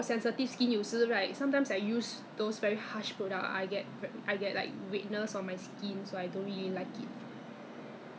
so you how do you wet the toner on your face do you use cotton bud or just on the hand cotton bud like clean off then did you see like a bit of dirt on the cotton bud like 一点黑黑这样